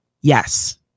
Yes